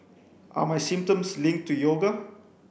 are my symptoms linked to yoga